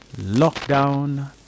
lockdown